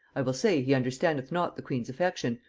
i will say he understandeth not the queen's affection,